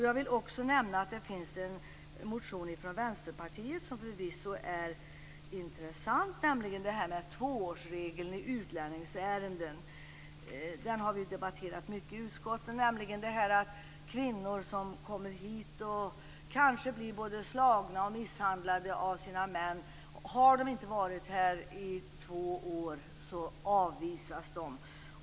Jag vill också nämna att det finns en motion från Vänsterpartiet som förvisso är intressant, nämligen den som tar upp tvåårsregeln i utlänningsärenden - något som vi har debatterat mycket i utskottet. Det gäller alltså de kvinnor som kommer hit och kanske blir slagna och misshandlade av sina män. Har de inte varit här i två år avvisas de.